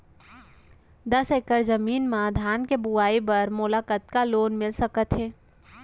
दस एकड़ जमीन मा धान के बुआई बर मोला कतका लोन मिलिस सकत हे?